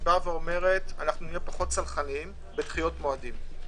אומרת: נהיה פחות סלחניים בדחיות מועדים,